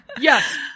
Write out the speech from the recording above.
Yes